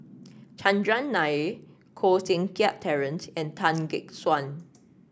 Chandran Nair Koh Seng Kiat Terence and Tan Gek Suan